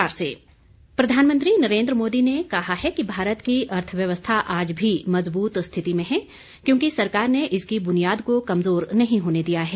investor meet प्रधानमंत्री नरेंद्र मोदी ने कहा है कि भारत की अर्थव्यवस्था आज भी मजबूत स्थिति में है क्योंकि सरकार ने इसकी बुनियाद को कमजोर नहीं होने दिया है